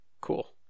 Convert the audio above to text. cool